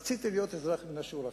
רציתי להיות אזרח מן השורה.